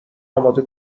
اماده